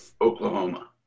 Oklahoma